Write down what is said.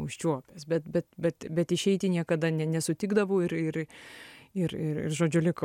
užčiuopęs bet bet bet bet išeiti niekada ne nesutikdavau ir ir ir ir ir žodžiu likau